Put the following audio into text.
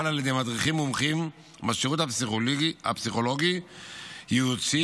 על ידי מדריכים מומחים בשירות הפסיכולוגי הייעוצי,